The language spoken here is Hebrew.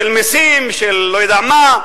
של מסים, של לא יודע מה,